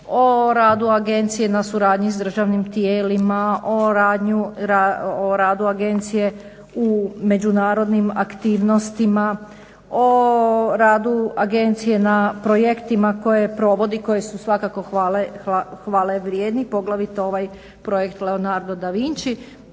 o radu agencije na suradnji sa državnim tijelima, o radu agencije u međunarodnim aktivnostima, o radu agencije na projektima koje provodi koje su svakako hvale vrijedni, poglavito ovaj Projekt "Leonardo Da Vinci"